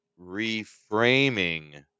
reframing